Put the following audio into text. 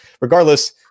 Regardless